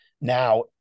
now